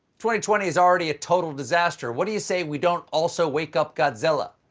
twenty twenty is already a total disaster. what do you say we don't also wake up godzilla.